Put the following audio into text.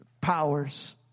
powers